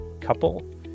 couple